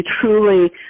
truly